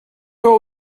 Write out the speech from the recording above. all